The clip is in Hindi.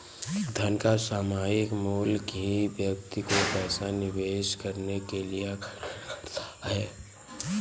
धन का सामायिक मूल्य ही व्यक्ति को पैसा निवेश करने के लिए आर्कषित करता है